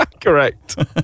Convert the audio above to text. Correct